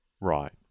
Right